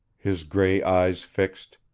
his gray eyes fixed,